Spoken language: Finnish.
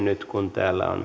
nyt on